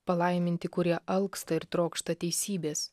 palaiminti kurie alksta ir trokšta teisybės